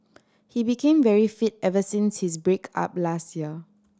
he became very fit ever since his break up last year